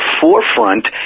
forefront